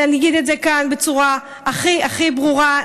ואני אגיד את זה כאן בצורה הכי הכי ברורה,